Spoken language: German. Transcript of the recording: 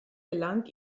gelang